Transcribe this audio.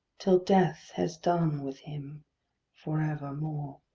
till death has done with him for evermore.